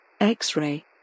X-Ray